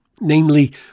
Namely